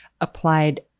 applied